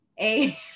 A-